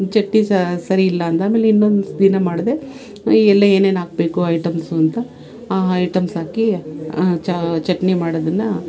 ಚಟ್ನಿ ಸರಿ ಇಲ್ಲ ಅಂದ ಆಮೇಲೆ ಇನ್ನೊಂದು ದಿನ ಮಾಡಿದೆ ಎಲ್ಲಿ ಏನೇನು ಹಾಕ್ಬೇಕು ಐಟಮ್ಸು ಅಂತ ಆ ಹೈಟಮ್ಸ್ ಹಾಕಿ ಚಟ್ನಿ ಮಾಡೋದನ್ನ